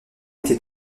été